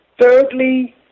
thirdly